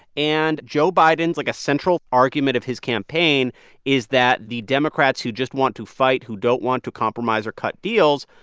and joe biden's like, a central argument of his campaign is that the democrats who just want to fight, who don't want to compromise or cut deals,